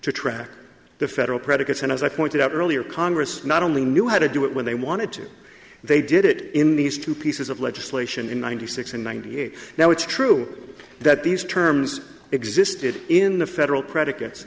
to track the federal predicates and as i pointed out earlier congress not only knew how to do it when they wanted to they did it in these two pieces of legislation in ninety six and ninety eight now it's true that these terms existed in the federal predicates